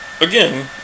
Again